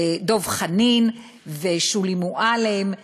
דב חנין, שולי מועלם,